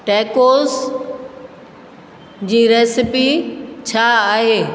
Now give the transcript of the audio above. टेकोस जी रेसिपी छा आहे